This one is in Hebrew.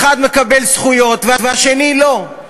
האחד מקבל זכויות והשני לא.